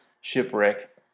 shipwreck